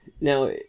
now